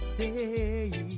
day